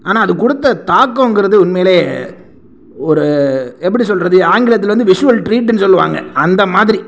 ஆனால் அது கொடுத்த தாக்கம்ங்கிறது உண்மையில் ஒரு எப்படி சொல்லுறது ஆங்கிலத்தில் வந்து விஷுவல் ட்ரீட்டுன்னு சொல்லுவாங்க அந்த மாதிரி